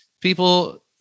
people